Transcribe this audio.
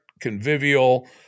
convivial